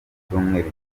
cyumweru